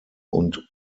und